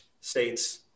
States